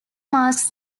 mask